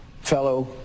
fellow